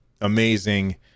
amazing